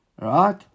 right